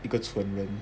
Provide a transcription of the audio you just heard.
一个蠢人